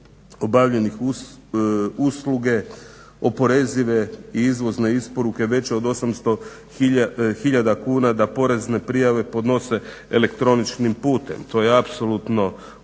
obavljenih usluga oporezive i izvozne isporuke već od 800 hiljada kuna, da porezne prijave podnose elektroničnim putem. To je apsolutno uredu